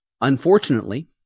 Unfortunately